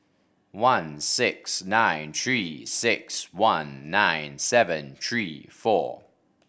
one six nine Three six one nine seven three four